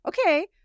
okay